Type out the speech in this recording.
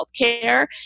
healthcare